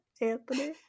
Anthony